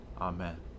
Amen